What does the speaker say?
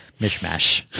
mishmash